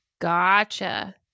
Gotcha